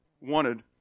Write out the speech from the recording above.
wanted